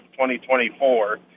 2024